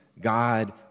God